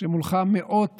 כשמולך מאות